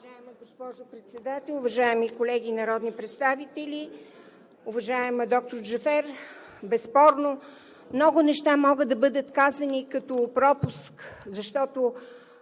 Уважаема госпожо Председател, уважаеми колеги народни представители! Уважаема доктор Джафер, безспорно много неща могат да бъдат казани, като пропуск, защото